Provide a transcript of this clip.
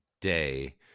day